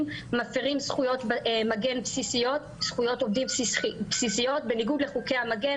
מפרים זכויות עובדים בסיסיות בניגוד לחוקי המגן.